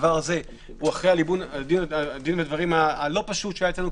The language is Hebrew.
זה אחרי ליבון ודין ודברים לא פשוט שהיה אצלנו,